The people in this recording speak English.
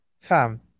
Fam